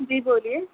جی بولیے